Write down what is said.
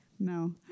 No